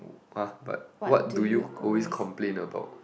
w~ ah but what do you always complain about